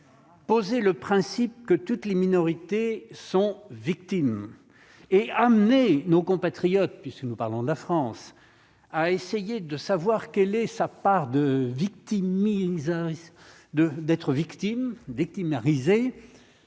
poser le principe que toutes les minorités sont victimes et amener nos compatriotes puisque nous parlons de la France à essayer de savoir quelle est sa part de victimes mixing de d'être victime de victime risée